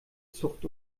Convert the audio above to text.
zucht